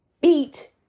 beat